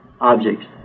objects